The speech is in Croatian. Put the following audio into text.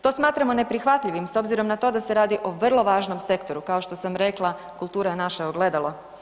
To smatramo neprihvatljivim s obzirom na to da se radi o vrlo važnom sektoru, kao što sam rekla, kultura je naše ogledalo.